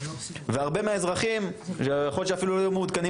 והרבה אזרחים יכול להיות שאפילו לא יהיו מעודכנים